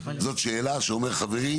זאת שאלה ששואל חברי,